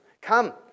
come